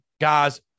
Guys